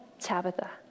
Tabitha